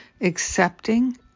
accepting